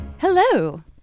Hello